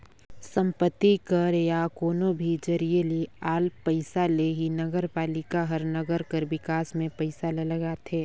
संपत्ति कर या कोनो भी जरिए ले आल पइसा ले ही नगरपालिका हर नंगर कर बिकास में पइसा ल लगाथे